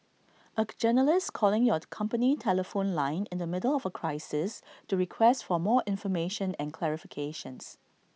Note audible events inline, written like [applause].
A [noise] journalist calling your company telephone line in the middle of A crisis to request for more information and clarifications